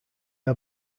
are